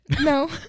No